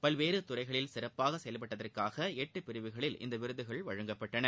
பல்வேறு துறைகளில் சிறப்பாக செயல்பட்டதற்காக எட்டு பிரிவுகளில் இந்த விருதுகள் வழங்கப்பட்டன